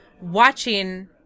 watching